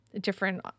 different